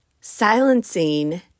silencing